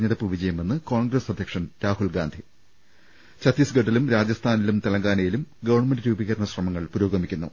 ഞ്ഞെടുപ്പ് വിജയമെന്ന് കോൺഗ്രസ് അധ്യക്ഷൻ രാഹുൽഗാന്ധി ഛത്തീസ്ഗഡിലും രാജസ്ഥാനിലും തെലങ്കാനയിലും ഗവൺമെന്റ് രൂപീ കരണ ശ്രമങ്ങൾ പുരോഗമിക്കുന്നു